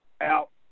out –